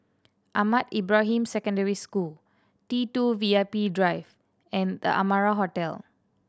Ahmad Ibrahim Secondary School T two VIP Drive and The Amara Hotel